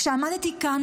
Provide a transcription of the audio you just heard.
כשעמדתי כאן,